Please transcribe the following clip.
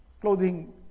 clothing